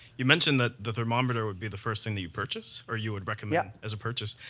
you mentioned that the thermometer would be the first thing that you purchase, or you would recommend as a purchase.